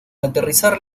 aterrizar